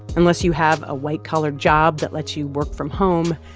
unless you have a white-collar job that lets you work from home,